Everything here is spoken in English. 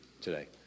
today